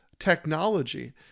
technology